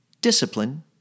discipline